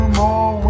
more